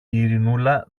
ειρηνούλα